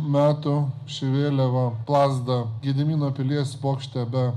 metų ši vėliava plazda gedimino pilies bokšte be